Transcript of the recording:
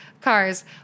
cars